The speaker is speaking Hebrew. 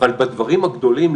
אבל בדברים הגדולים,